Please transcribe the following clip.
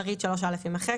פריט (3)(א) יימחק,